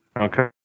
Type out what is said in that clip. okay